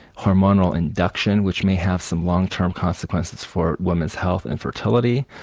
hormonal induction which may have some long-term consequences for women's health and fertility,